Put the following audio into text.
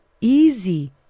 easy